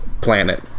planet